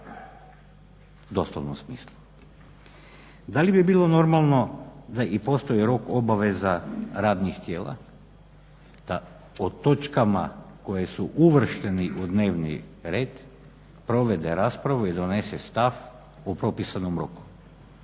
U doslovnom smislu. Da li bi bilo normalno da i postoji rok obaveza radnih tijela? Da o točkama koje su uvrštene u dnevni red provede raspravu i donese stav u propisanom roku.